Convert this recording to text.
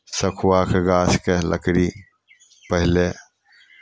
सखुआके गाछके लकड़ी पहिले